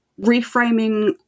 reframing